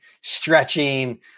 stretching